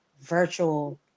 virtual